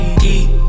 deep